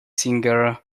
singer